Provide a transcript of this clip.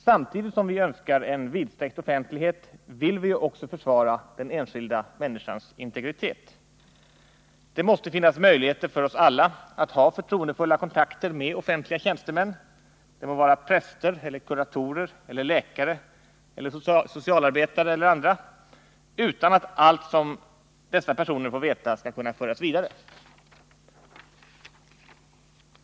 Samtidigt som vi önskar en vidsträckt offentlighet vill vi ju också försvara den enskilda människans integritet. Det måste finnas möjligheter för oss alla att ha förtroendefulla kontakter med offentliga tjänstemän — de må vara präster, kuratorer, läkare, socialarbetare eller andra — utan att allt som dessa personer får veta skall kunna föras vidare.